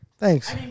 Thanks